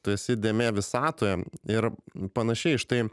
tu esi dėmė visatoje ir panašiai štai